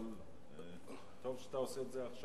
אבל טוב שאתה עושה את זה עכשיו,